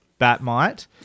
Batmite